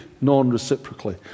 non-reciprocally